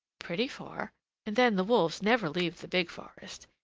pretty far and then the wolves never leave the big forest.